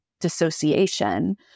dissociation